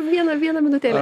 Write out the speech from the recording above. vieną vieną minutėlę